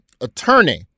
attorney